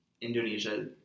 Indonesia